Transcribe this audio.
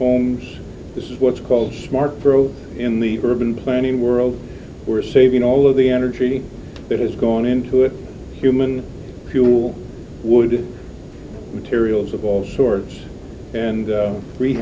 homes this is what's called smart growth in the urban planning world we're saving all of the energy that has gone into it human fuel would materials of all sorts and